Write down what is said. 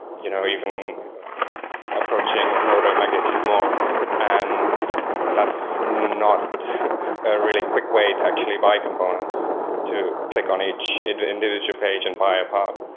you know even approaching an order of magnitude more and that's not a really quick way to actually buy components to click on each individual page and buy a part.